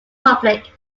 public